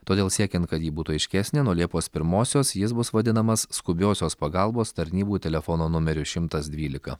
todėl siekiant kad ji būtų aiškesnė nuo liepos pirmosios jis bus vadinamas skubiosios pagalbos tarnybų telefono numeriu šimtas dvylika